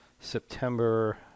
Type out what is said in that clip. September